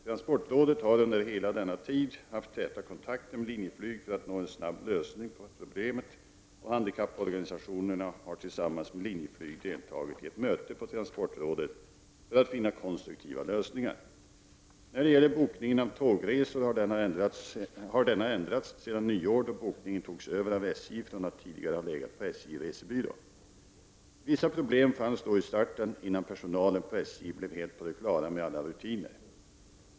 Transportrådet har under hela denna tid haft täta kontakter med Linjeflyg för att nå en snabb lösning på problemet, och handikapporganisationerna har tillsammans med Linjeflyg deltagit i ett möte på transportrådet för att finna konstruktiva lösningar. Bokningen av tågresor har ändrats sedan nyår, då bokningen togs över av SJ från att tidigare ha legat på SJ Resebyrå. Vissa problem fanns i starten innan personalen på SJ blev helt på det klara med alla rutiner.